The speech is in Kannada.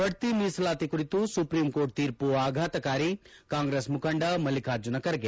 ಬಡ್ತಿ ಮೀಸಲಾತಿ ಕುರಿತು ಸುಪ್ರೀಂಕೋರ್ಟ್ ತೀರ್ಪು ಆಫಾತಕಾರಿ ಕಾಂಗ್ರೆಸ್ ಮುಖಂಡ ಮಲ್ಲಿಕಾರ್ಜುನ ಖರ್ಗೆ